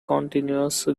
continuous